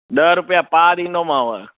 ॾह रुपिया पाव ॾींदोमांव